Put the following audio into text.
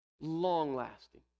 Long-lasting